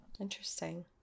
Interesting